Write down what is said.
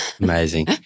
Amazing